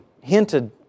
hinted